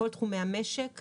כל תחומי המשק,